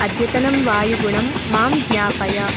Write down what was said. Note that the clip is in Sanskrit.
अद्यतनं वायुगुणं माम् ज्ञापय